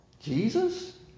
Jesus